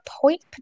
Point